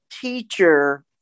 teacher